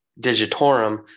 digitorum